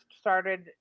started